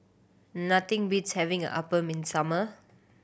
nothing beats having appam in summer